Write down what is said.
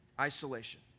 isolation